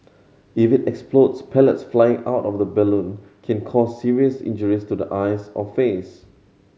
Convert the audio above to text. if it explodes pellets flying out of the balloon can cause serious injuries to the eyes or face